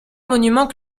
monument